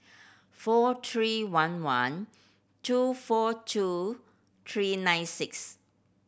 four three one one two four two three nine six